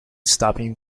stopping